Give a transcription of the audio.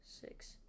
six